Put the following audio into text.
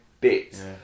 bits